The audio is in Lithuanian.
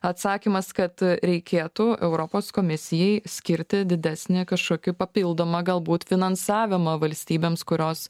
atsakymas kad reikėtų europos komisijai skirti didesnę kažkokį papildomą galbūt finansavimą valstybėms kurios